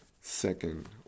second